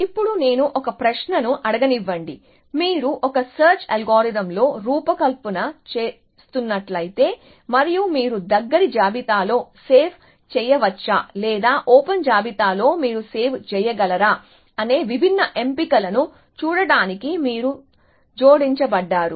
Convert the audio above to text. ఇప్పుడు నేను ఒక ప్రశ్నను అడగనివ్వండి మీరు ఒక సెర్చ్ అల్గోరిథంలో రూపకల్పన చేస్తున్నట్లయితే మరియు మీరు దగ్గరి జాబితాలో సేవ్ చేయవచ్చా లేదా ఓపెన్ జాబితాలో మీరు సేవ్ చేయగలరా అనే విభిన్న ఎంపికలను చూడటానికి మీరు జోడించబడ్డారు